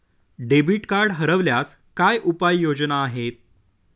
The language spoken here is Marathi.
डेबिट कार्ड हरवल्यास काय उपाय योजना आहेत?